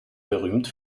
berühmt